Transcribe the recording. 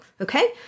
Okay